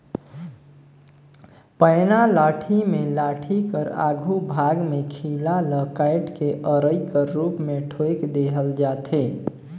पैना लाठी मे लाठी कर आघु भाग मे खीला ल काएट के अरई कर रूप मे ठोएक देहल जाथे